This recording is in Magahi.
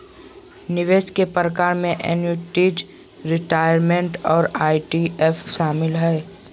निवेश के प्रकार में एन्नुटीज, रिटायरमेंट और ई.टी.एफ शामिल हय